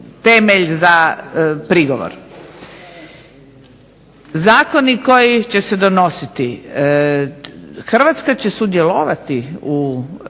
temelj za prigovor. Zakoni koji će se donositi, Hrvatska će sudjelovati u